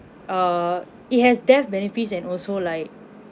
err it has death benefits and also like